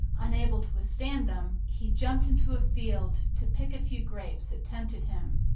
unable to withstand them, he jumped into a field to pick a few grapes that tempted him.